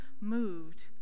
moved